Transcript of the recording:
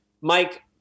Mike